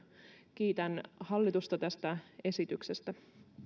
kiitän hallitusta tästä esityksestä